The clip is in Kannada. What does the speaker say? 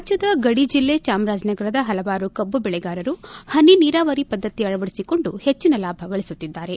ರಾಜ್ದದ ಗಡಿ ಜಿಲ್ಲೆ ಜಾಮರಾಜನಗರದ ಪಲವಾರು ಕಬ್ಬು ಬೆಳೆಗಾರರು ಪನಿ ನಿರಾವರಿ ಪದ್ಧತಿ ಅಳವಡಿಸಿಕೊಂಡು ಪೆಚ್ಚಿನ ಲಾಭಗಳಿಸುತ್ತಿದ್ದಾರೆ